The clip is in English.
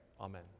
amen